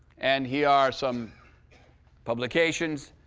and here are some publications.